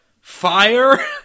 fire